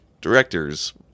directors